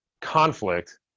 conflict